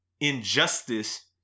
injustice